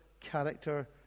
character